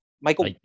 Michael